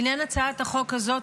לעניין הצעת החוק הזאת,